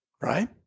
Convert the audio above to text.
right